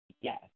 Yes